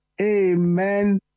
Amen